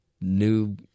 new